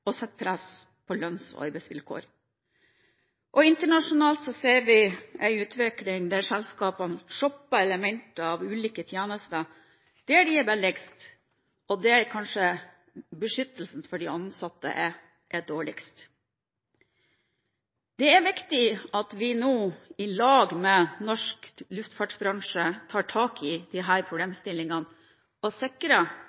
og sette press på lønns- og arbeidsvilkår. Internasjonalt ser vi en utvikling der selskapene shopper element av ulike tjenester der de er billigst, og der beskyttelsen for de ansatte kanskje er dårligst. Det er viktig at vi nå i lag med norsk luftfartsbransje tar tak i